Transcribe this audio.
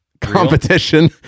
competition